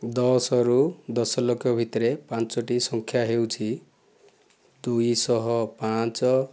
ଦଶରୁ ଦଶଲକ୍ଷ ଭିତରେ ପାଞ୍ଚଟି ସଂଖ୍ୟା ହେଉଛି ଦୁଇଶହ ପାଞ୍ଚ